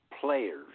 players